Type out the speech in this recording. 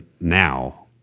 now